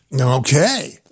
okay